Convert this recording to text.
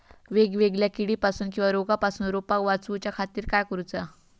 वेगवेगल्या किडीपासून किवा रोगापासून रोपाक वाचउच्या खातीर काय करूचा?